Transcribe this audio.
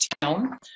town